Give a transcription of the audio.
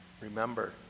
Remember